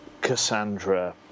Cassandra